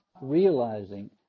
realizing